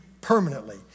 permanently